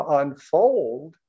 unfold